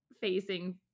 facing